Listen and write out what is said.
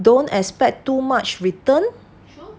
don't expect too much return